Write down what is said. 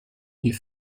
ihr